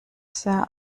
sehr